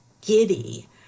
giddy